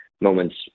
moments